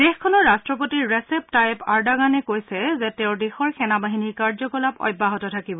দেশখনৰ ৰাট্টপতি Recep Tayyip আৰ্ডাগেনে কৈছে যে তেওঁ দেশৰ সেনা বাহিনীৰ কাৰ্যকলাপ অব্যাহত থাকিব